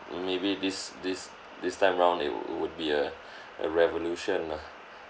maybe this this this time round it would be a a revolution ah